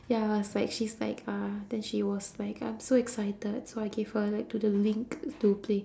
ya I was like she's like uh then she was like I'm so excited so I gave her like to the link to play